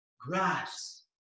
grass